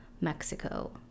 Mexico